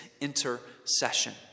intercession